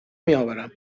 نمیآورم